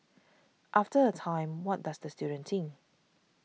after a time what does the student think